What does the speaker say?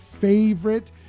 favorite